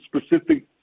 specific